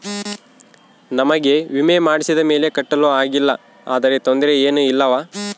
ನಮಗೆ ವಿಮೆ ಮಾಡಿಸಿದ ಮೇಲೆ ಕಟ್ಟಲು ಆಗಿಲ್ಲ ಆದರೆ ತೊಂದರೆ ಏನು ಇಲ್ಲವಾ?